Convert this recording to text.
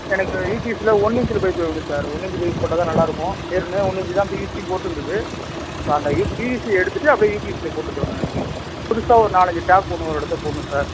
எனக்கு யூபிசியில் ஒன் இன்ச்சில் பைப்பு வேணும் சார் ஒன் இன்ச் பைப் போட்டால் தான் நல்லாயிருக்கும் ஏற்கனவே ஒன் இன்ச்சு தான் பிவிசியும் போட்டிருந்தது ஸோ அந்த இ பிவிசி எடுத்துவிட்டு அப்படியே யூபிசியில் போட்டுத் தரணும் எனக்கு புதுசாக ஒரு நாலஞ்சு டேப் போடணும் ஒரு இடத்துல போடணும் சார்